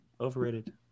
Overrated